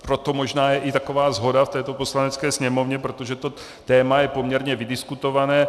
Proto možná je i taková shoda v této Poslanecké sněmovně, protože to téma je poměrně vydiskutované.